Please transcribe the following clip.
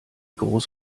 groß